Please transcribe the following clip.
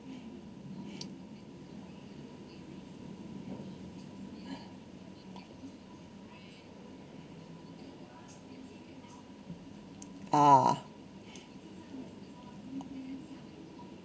uh